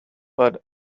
but